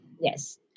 Yes